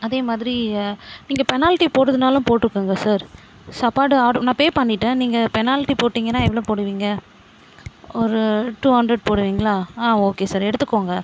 அதேமாதிரியே நீங்கள் பெனால்ட்டி போடுறதுனாலும் போட்டுக்கோங்க சார் சாப்பாடு ஆட்ரு நான் பே பண்ணிவிட்டேன் நீங்கள் பெனால்ட்டி போட்டீங்கன்னா எவ்வளோ போடுவீங்க ஒரு டூ ஹண்ரட் போடுவீங்களா ஆ ஓகே சார் எடுத்துக்கோங்க